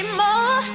more